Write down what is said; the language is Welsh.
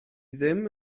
ddim